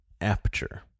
Aperture